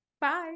Bye